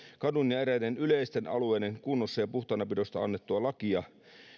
kadun ja eräiden yleisten alueiden kunnossa ja puhtaanapidosta annettua lakia